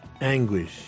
anguish